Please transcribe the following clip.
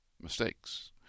Mistakes